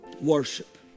worship